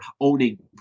owning